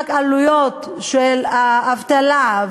רק העלויות של האבטלה,